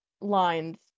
lines